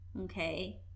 okay